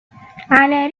على